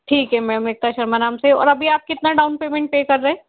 ठीक है मैम एकता शर्मा नाम से और अभी आप कितना डाउन पेमेंट पे कर रहे हैं